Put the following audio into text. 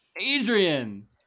Adrian